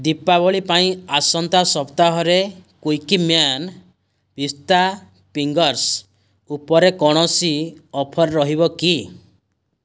ଦୀପାବଳି ପାଇଁ ଆସନ୍ତା ସପ୍ତାହରେ କୁକୀମ୍ୟାନ୍ ପିସ୍ତା ଫିଙ୍ଗର୍ସ ଉପରେ କୌଣସି ଅଫର୍ ରହିବ କି